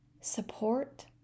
support